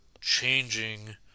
changing